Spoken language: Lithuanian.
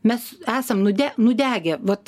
mes esam nude nudegę vat